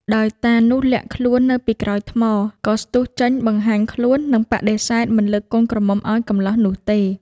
ដោយតានោះលាក់ខ្លួននៅពីក្រោយថ្ម ក៏ស្ទុះចេញបង្ហាញខ្លួននិងបដិសេធមិនលើកកូនក្រមុំឱ្យកម្លោះនោះទេ។